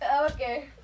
Okay